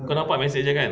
kau nampak message dia kan